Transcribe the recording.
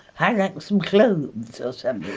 hang up some clothes or something,